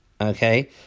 okay